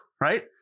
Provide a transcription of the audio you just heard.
right